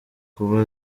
kuba